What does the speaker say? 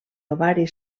ovari